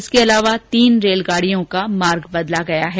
इसके अलावा तीन रेलगाडियों का मार्ग बदला गया है